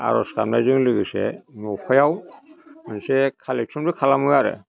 आरज गाबनायजों लोगोसे न'फायाव मोनसे खालेगसनबो खालामो आरो